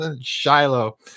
Shiloh